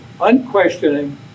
Unquestioning